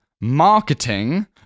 Marketing